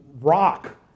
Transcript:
rock